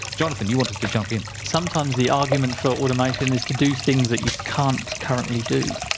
jonathan, you wanted to jump in? sometimes the argument for automation is to do things that you can't currently do.